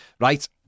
Right